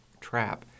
trap